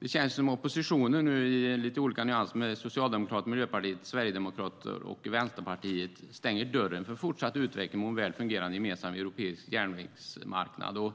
Det känns som om oppositionen i lite olika nyanser - socialdemokrater, miljöpartister, sverigedemokrater och vänsterpartister - stänger dörren för fortsatt utveckling och för en väl fungerande gemensam europeisk järnvägsmarknad.